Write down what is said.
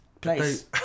Place